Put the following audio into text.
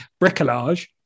bricolage